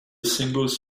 singles